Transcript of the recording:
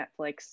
Netflix